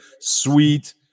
sweet